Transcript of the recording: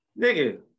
Nigga